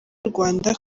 rwanda